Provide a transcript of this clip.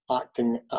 acting